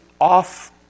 off